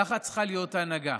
ככה צריכה להיות הנהגה,